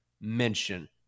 mention